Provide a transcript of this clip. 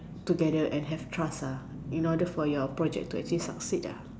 together and have trust ah in order for your project to succeed lah